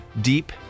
deep